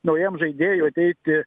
naujam žaidėjui ateiti